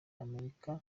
amerika